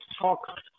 talk